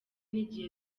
n’igihe